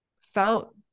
felt